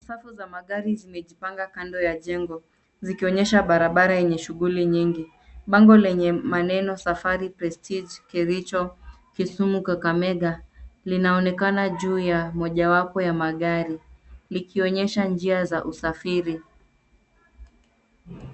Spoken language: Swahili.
Safu za magari zimejipanga kando ya jengo zikionyesha barabara yenye shughuli nyingi. Bango lenye maneno Safari Prestige, Kericho, Kisumu, Kakamega linaonekana juu ya moja wapo ya magari likionyesha njia za usafiri.